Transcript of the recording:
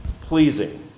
pleasing